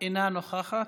אינה נוכחת,